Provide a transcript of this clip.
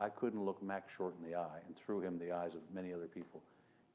i couldn't look max short in the eye and through him, the eyes of many other people